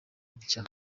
nshya